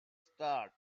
start